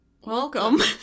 Welcome